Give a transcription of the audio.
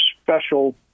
special